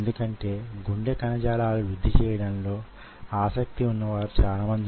మీకు గుర్తుండి వుండే వుంటుంది